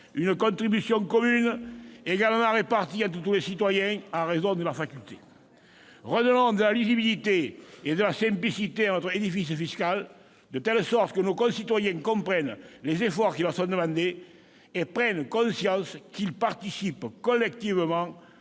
une « contribution commune [...] également répartie entre tous les citoyens, en raison de leurs facultés ». Redonnons de la lisibilité et de la simplicité à notre édifice fiscal, de telle sorte que nos concitoyens comprennent les efforts qui leur sont demandés et prennent conscience qu'ils participent collectivement